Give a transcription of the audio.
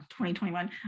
2021